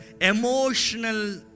emotional